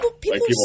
people